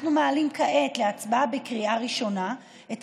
אנחנו מעלים כעת להצבעה בקריאה ראשונה את